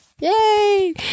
Yay